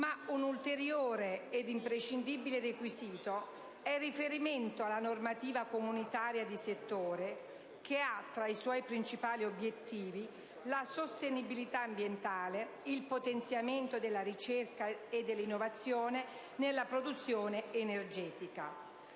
Ma un ulteriore ed imprescindibile requisito è il riferimento alla normativa comunitaria di settore, che ha tra i suoi principali obiettivi la sostenibilità ambientale, il potenziamento della ricerca e dell'innovazione nella produzione energetica.